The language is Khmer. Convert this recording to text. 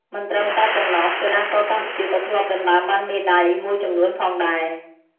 មិនត្រឹមតែប៉ុណ្ណោះ កីឡាករកម្ពុជាក៏ធ្លាប់ដណ្ដើមបានមេដាយមួយចំនួនផងដែរ។